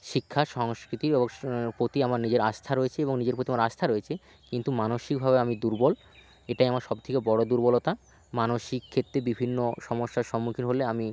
শিক্ষা সংস্কৃতি ওস প্রতি আমার নিজের আস্থা রয়েছে এবং নিজের প্রতি আমার আস্থা রয়েছে কিন্তু মানসিকভাবে আমি দুর্বল এটাই আমার সব থেকে বড়ো দুর্বলতা মানসিক ক্ষেত্রে বিভিন্ন সমস্যার সম্মুখীন হলে আমি